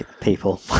people